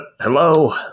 Hello